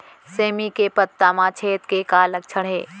सेमी के पत्ता म छेद के का लक्षण हे?